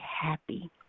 happy